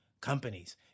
companies